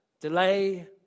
Delay